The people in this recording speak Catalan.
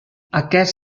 aquest